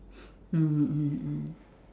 mmhmm mmhmm mmhmm